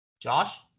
Josh